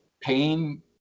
pain